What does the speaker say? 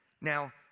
Now